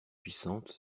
puissante